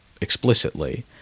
explicitly